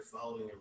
following